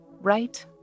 right